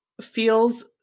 feels